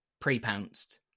pre-pounced